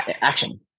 action